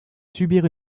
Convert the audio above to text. subir